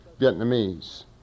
Vietnamese